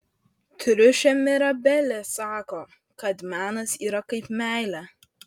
triušė mirabelė sako kad menas yra kaip meilė